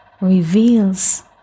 reveals